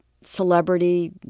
celebrity